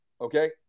Okay